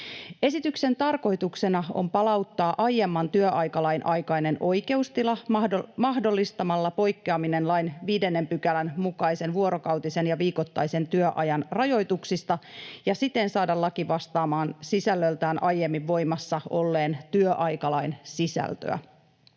Esityksen tarkoituksena on palauttaa aiemman työaikalain aikainen oikeustila mahdollistamalla poikkeaminen lain 5 §:n mukaisen vuorokautisen ja viikoittaisen työajan rajoituksista ja siten saada laki vastaamaan sisällöltään aiemmin voimassa olleen työaikalain sisältöä.